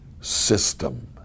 system